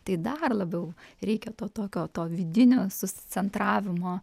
tai dar labiau reikia to tokio to vidinio susicentravimo